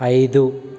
ఐదు